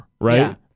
right